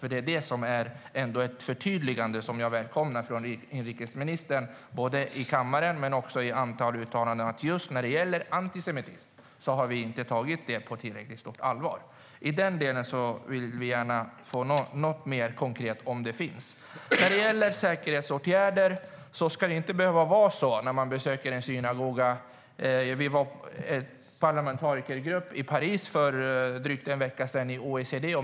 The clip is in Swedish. Vi var en parlamentarikergrupp i Paris för drygt en vecka sedan i OECD.